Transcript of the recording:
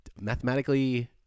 Mathematically